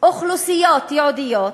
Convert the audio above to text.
אוכלוסיות ייעודיות,